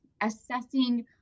assessing